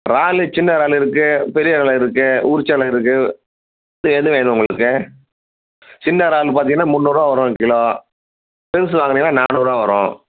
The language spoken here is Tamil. இறாலு சின்ன இறாலு இருக்கு பெரிய இறாலா இருக்கு உறிச்சல இருக்கு இப்போ எது வேணும் உங்களுக்கு சின்ன இறாலு பார்த்தீங்கன்னா முன்னூறுவா வரும் கிலோ பெருசு வாங்கனீங்கன்னா நானூறுரூவா வரும்